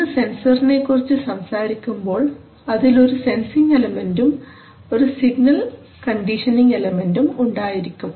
ഇന്ന് സെൻസറിനെകുറിച്ച് സംസാരിക്കുമ്പോൾ അതിൽ ഒരു സെൻസിംഗ് എലമെന്റും ഒരു സിഗ്നൽ കണ്ടീഷനിംഗ് എലമെന്റും ഉണ്ടായിരിക്കും